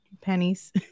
pennies